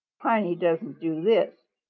piney doesn't do this,